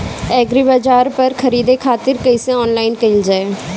एग्रीबाजार पर खरीदे खातिर कइसे ऑनलाइन कइल जाए?